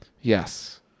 Yes